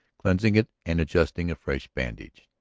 cleansing it and adjusting a fresh bandage.